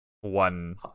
one